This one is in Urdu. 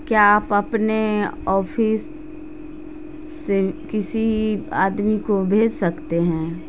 کیا آپ اپنے آفس سے کسی آدمی کو بھیج سکتے ہیں